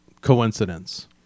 coincidence